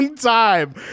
time